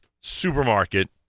Supermarket